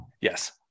yes